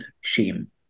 shame